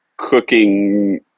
cooking